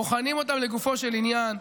בוחנים אותן לגופו של עניין,